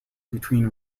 between